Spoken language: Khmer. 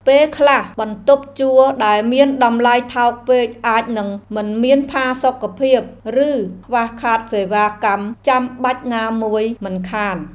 ពេលខ្លះ បន្ទប់ជួលដែលមានតម្លៃថោកពេកអាចនឹងមិនមានផាសុកភាព ឬខ្វះខាតសេវាកម្មចាំបាច់ណាមួយមិនខាន។